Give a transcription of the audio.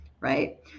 right